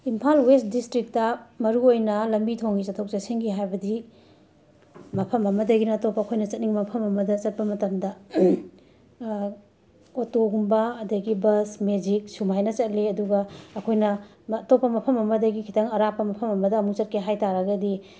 Imphal west district ꯃꯔꯨ ꯑꯣꯏꯅ ꯂꯝꯕꯤ ꯊꯣꯡꯒꯤ ꯆꯠꯊꯣꯛ ꯆꯠꯁꯤꯟꯒꯤ ꯍꯥꯏꯕꯗꯤ ꯃꯐꯝ ꯑꯃꯗꯒꯤꯅ ꯑꯇꯣꯞꯄ ꯑꯩꯈꯣꯢꯅ ꯆꯠꯅꯤꯡꯕ ꯃꯐꯝ ꯑꯃꯗ ꯆꯠꯄ ꯃꯇꯝꯗ ꯑꯣꯇꯣꯒꯨꯝꯕ ꯑꯗꯒꯤ ꯕꯁ ꯃꯦꯖꯤꯛ ꯁꯨꯃꯥꯏꯅ ꯆꯠꯂꯤ ꯑꯗꯨꯒ ꯑꯩꯈꯣꯢꯅ ꯑꯇꯣꯞꯄ ꯃꯐꯝ ꯑꯃꯗꯒꯤ ꯈꯤꯇꯪ ꯑꯔꯥꯞꯄ ꯃꯐꯝ ꯑꯃꯗ ꯑꯃꯨꯛ ꯆꯠꯀꯦ ꯍꯥꯏꯇꯥꯔꯒꯗꯤ